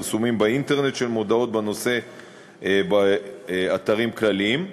פרסומים באינטרנט של מודעות בנושא באתרים כלליים.